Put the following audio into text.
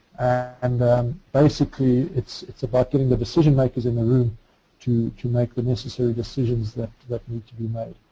and basically it's it's about getting the decision makers in the room to to make the necessary decisions that that need to be made.